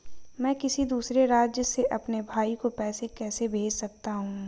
मैं किसी दूसरे राज्य से अपने भाई को पैसे कैसे भेज सकता हूं?